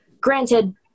Granted